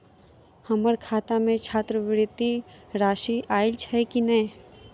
हम्मर खाता मे छात्रवृति राशि आइल छैय की नै?